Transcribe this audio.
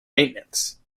maintenance